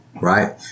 right